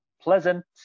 pleasant